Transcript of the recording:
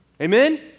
Amen